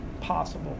possible